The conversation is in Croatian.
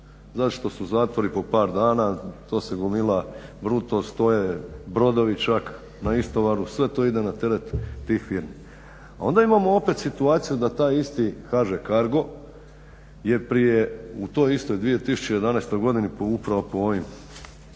zato što su zatvori po par dana. To se gomila …/Govornik se ne razumije./… to je brodovi čak na istovaru. Sve to ide na teret tih firmi. A onda imamo opet situaciju da taj isti HŽ-Cargo je prije u toj istoj 2011. godini upravo po ovim